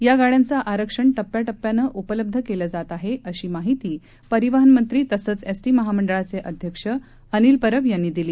या गाड्यांचं आरक्षण टप्प्याटप्प्यानं उपलब्ध केलं जात आहे अशी माहिती परिवहन मंत्री तसंच एसटी महामंडळाचे अध्यक्ष अनिल परब यांनी दिली